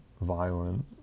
violent